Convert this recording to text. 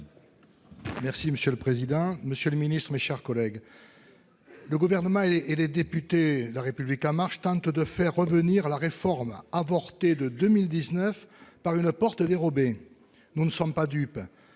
Merci monsieur le président, Monsieur le Ministre, mes chers collègues. Le gouvernement et les députés la République en marche, tente de faire revenir la réforme avortée de 2019 par une porte dérobée. Nous ne sommes pas dupes.